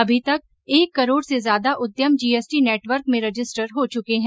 अभी तक एक करोड़ से ज्यादा उद्यम जीएसटी नेटवर्क में रजिस्टर हो चुके हैं